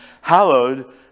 hallowed